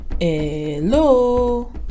Hello